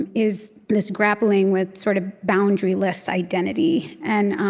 and is this grappling with sort of boundary-less identity. and